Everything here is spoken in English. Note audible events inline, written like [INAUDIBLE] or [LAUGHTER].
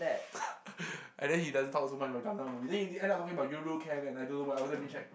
[LAUGHS] and then he doesn't talk so much about Gundam then in the end up talking about Yuru Camp and I don't know what else let me check